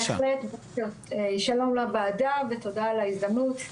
שלום לוועדה ותודה על ההזדמנות.